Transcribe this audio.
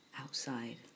outside